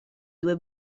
due